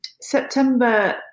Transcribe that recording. September